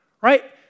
Right